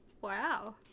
Wow